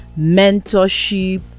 mentorship